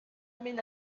min